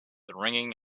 ringing